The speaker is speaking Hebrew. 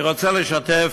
אני רוצה לשתף,